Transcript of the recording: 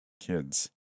Kids